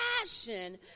passion